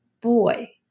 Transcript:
Boy